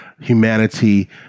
humanity